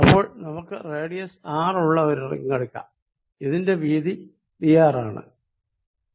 അപ്പോൾ നമുക്ക് radius R ഉള്ള ഒരു റിങ് എടുക്കാം ഇതിന്റെ വീതി dr ആണ്